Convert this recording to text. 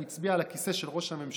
הוא הצביע על הכיסא של ראש הממשלה,